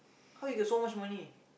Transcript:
how you get so much money